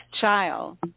child